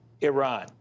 Iran